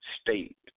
state